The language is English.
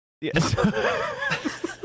yes